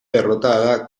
derrotada